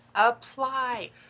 Apply